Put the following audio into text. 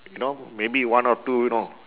you know maybe one or two you know